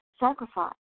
sacrifice